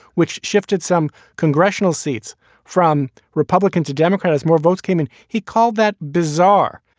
which shifted some congressional seats from republican to democrat as more votes came in. he called that bizarre,